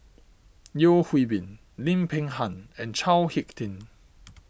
Yeo Hwee Bin Lim Peng Han and Chao Hick Tin